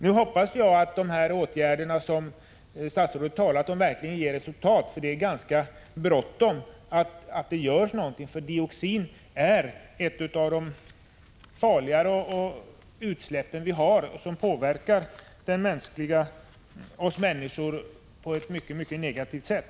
Nu hoppas jag att de åtgärder som statsrådet talat om verkligen ger resultat så att något blir gjort snart. Dioxin är ett av de farligare utsläppen vi har. Det påverkar oss människor på ett mycket negativt sätt.